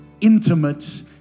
intimate